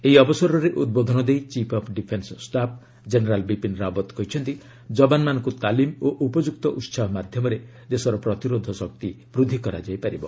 ଏହି ଅବସରରେ ଉଦ୍ବୋଧନ ଦେଇ chief of defence staff general Bipin Rawat କହିଛନ୍ତି ଯବାନମାନଙ୍କୁ ତାଲିମ ଓ ଉପଯୁକ୍ତ ଉସାହ ମାଧ୍ୟମରେ ଦେଶର ପ୍ରତିରୋଧ ଶକ୍ତି ବୃଦ୍ଧି କରାଯାଇ ପାରିବ